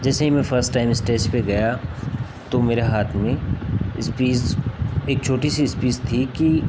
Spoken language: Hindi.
जैसे ही मैं फ़स्ट टाइम इस्टेज पर गया तो मेरे हाथ में इस्पीज़ एक छोटी सी इस्पीज़ थी कि